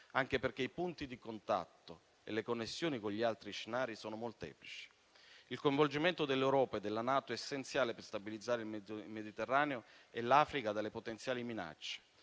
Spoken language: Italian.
anche perché i punti di contatto e le connessioni con gli altri scenari sono molteplici. Il coinvolgimento dell'Europa e della NATO è essenziale per stabilizzare il Mediterraneo e l'Africa dalle potenziali minacce,